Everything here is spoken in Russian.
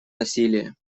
насилие